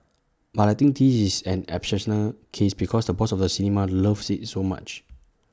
but I think this is an exceptional case because the boss of the cinema loves IT so much